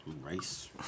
rice